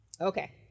Okay